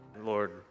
Lord